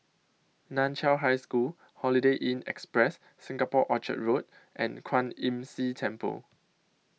NAN Chiau High School Holiday Inn Express Singapore Orchard Road and Kwan Imm See Temple